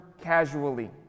casually